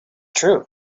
true